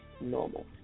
normal